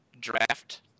Draft